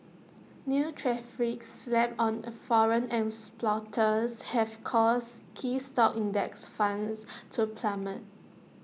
new tariffs slapped on foreign exporters have caused key stock index funds to plummet